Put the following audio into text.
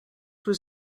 was